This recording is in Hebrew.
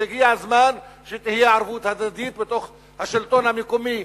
הגיע הזמן שתהיה ערבות הדדית בתוך השלטון המקומי,